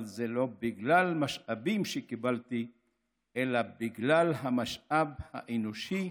אבל זה לא בגלל משאבים שקיבלתי אלא בגלל המשאב האנושי,